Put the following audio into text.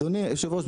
אדוני היושב-ראש,